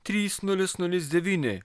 trys nulis nulis devyni